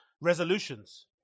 resolutions